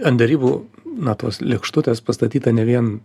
ant derybų na tos lėkštutės pastatyta ne vien